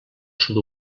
sud